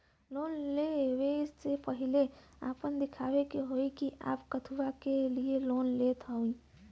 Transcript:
Loan ले वे से पहिले आपन दिखावे के होई कि आप कथुआ के लिए लोन लेत हईन?